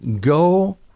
Go